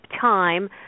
time